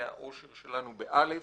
מהאושר שלנו באל"ף,